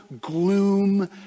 gloom